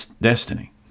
destiny